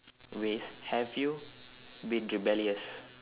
ways have you been rebellious